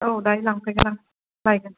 औ दाहाय लांफैगोन आं बाय